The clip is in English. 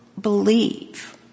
believe